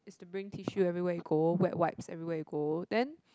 is to bring tissue everywhere you go wet wipes everywhere you go then